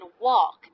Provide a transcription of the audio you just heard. walk